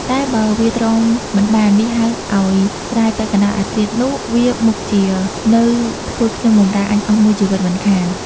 តែបើវាទ្រាំមិនបាន វាហៅឲ្យស្រាយពាក់កណ្តាលអាធ្រាត្រនោះ វាមុខជានៅធ្វើខ្ញុំបម្រើអញអស់មួយជីវិតមិនខាន។